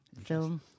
film